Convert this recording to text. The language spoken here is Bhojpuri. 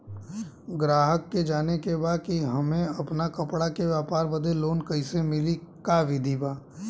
गराहक के जाने के बा कि हमे अपना कपड़ा के व्यापार बदे लोन कैसे मिली का विधि बा?